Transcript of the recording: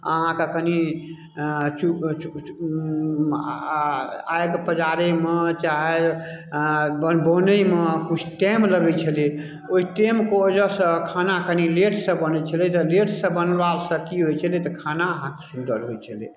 अहाँके कनि अऽ चू आओर आगि पजाड़ैमे चाहे अऽ बऽ बनैमे किछु टाइम लगै छलै ओइ टाइमके वजहसँ खाना कनि लेटसँ बनै छलै जँ लेटसँ बनलासँ कि होइ छलै तऽ खाना अहाँके सुन्दर होइ छलै